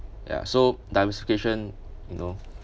ya so diversification you know